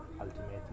Ultimately